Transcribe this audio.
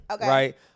right